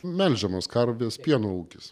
melžiamos karvės pieno ūkis